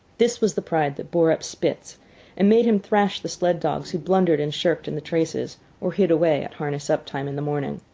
this was the pride that bore up spitz and made him thrash the sled-dogs who blundered and shirked in the traces or hid away at harness-up time in the morning.